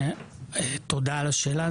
תודה על השאלה.